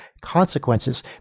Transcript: consequences